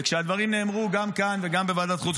וכשהדברים נאמרו גם כאן וגם בוועדת חוץ